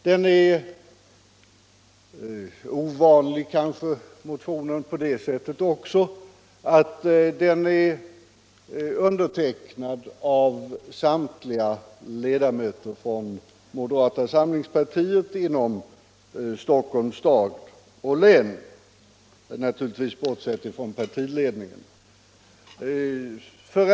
Den är kanske också ovanlig på det sättet att den är undertecknad av samtliga ledamöter från moderata samlingspartiet inom Stockholms stad och län — naturligtvis bortsett från partiledningen.